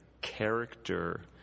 character